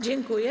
Dziękuję.